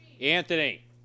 Anthony